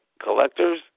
collectors